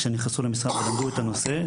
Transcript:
כשהם נכנסו למשרד והעלו את הנושא,